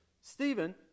Stephen